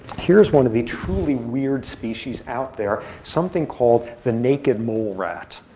here's one of the truly weird species out there, something called the naked mole rat.